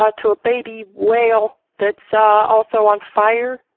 ah to a baby whale that's, ah, also on fire,